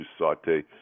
saute